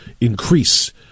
increase